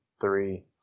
three